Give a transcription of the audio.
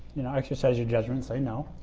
you know, exercise your judgment. say no.